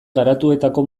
garatuetako